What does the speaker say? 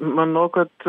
manau kad